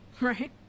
Right